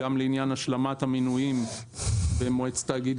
גם לעניין השלמת המינויים במועצת תאגיד